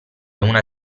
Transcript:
una